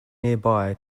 nearby